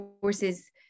forces